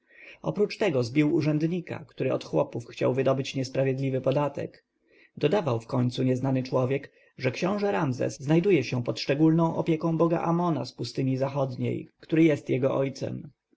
oprócz tego następca zbił urzędnika który od chłopów chciał wydobyć niesprawiedliwy podatek dodawał wkońcu nieznany człowiek że książę ramzes znajduje się pod szczególną opieką boga amona z pustyni zachodniej który jest jego ojcem